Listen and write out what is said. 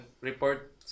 report